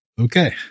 Okay